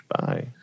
Bye